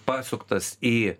pasuktas į